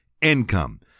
income